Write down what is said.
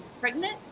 pregnant